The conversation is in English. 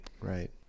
right